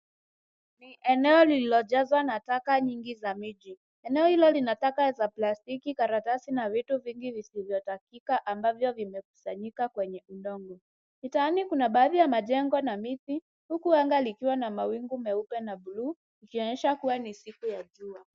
Ni eneo lililojazwa na taka nyingi za miji. Eneo hilo lina taka za plastiki, karatasi na vitu vingi visivyokatika ambavyo vimekusanyika kwenye udongo. Mtaani kuna baadhi ya majengo na miti huku anga likiwa na mawingu meupe na bluu ikionyesha kuwa ni siku ya jua .